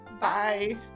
Bye